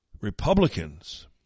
Republicans